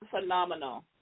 phenomenal